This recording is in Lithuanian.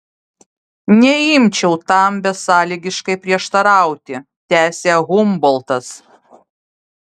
neimčiau tam besąlygiškai prieštarauti tęsė humboltas